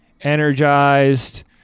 energized